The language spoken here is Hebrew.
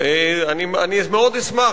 אני מאוד אשמח,